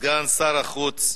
סגן שר החוץ,